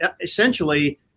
essentially